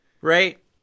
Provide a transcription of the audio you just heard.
Right